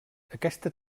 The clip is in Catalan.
aquesta